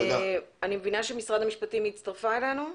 אני מבינה שמשרד המשפטים הצטרפה אלינו.